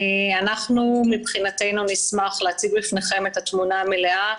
אנחנו מבחינתנו נשמח להציג בפניכם את התמונה המלאה.